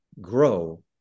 grow